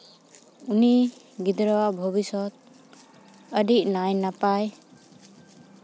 ᱩᱱᱤ ᱜᱤᱫᱽᱨᱟᱹ ᱟᱜ ᱵᱷᱚᱵᱤᱥᱥᱚᱛ ᱟᱹᱰᱤ ᱱᱟᱭ ᱱᱟᱯᱟᱭ